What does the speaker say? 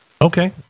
Okay